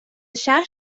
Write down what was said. شهر